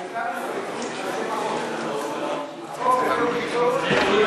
הייתה לנו הסתייגות על שם החוק.